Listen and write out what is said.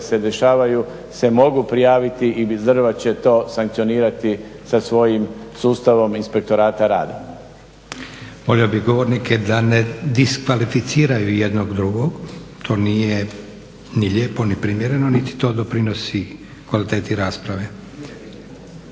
se dešavaju se mogu prijaviti i … sankcionirati sa svojim sustavom inspektorata rada. **Leko, Josip (SDP)** Molio bih govornike da ne diskvalificiraju jedan drugoga. To nije ni lijepo ni primjereno niti to doprinosi kvaliteti rasprave.